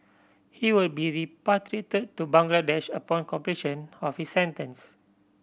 he will be repatriated to Bangladesh upon completion of his sentence